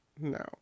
no